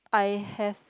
I have